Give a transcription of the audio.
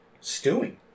stewing